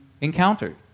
encountered